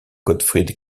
gottfried